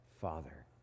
Father